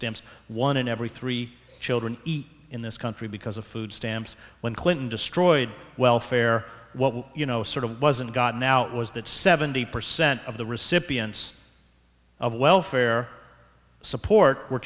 stamps one in every three children in this country because of food stamps when clinton destroyed welfare you know sort of wasn't gotten out was that seventy percent of the recipients of welfare support were